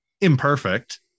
imperfect